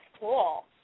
cool